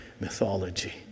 mythology